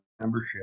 membership